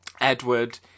Edward